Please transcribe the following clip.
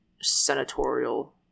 senatorial